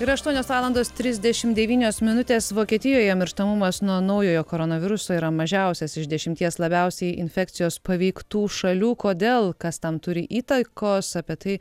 yra aštuonios valandos trisdešimt devynios minutės vokietijoje mirštamumas nuo naujojo koronaviruso yra mažiausias iš dešimties labiausiai infekcijos paveiktų šalių kodėl kas tam turi įtakos apie tai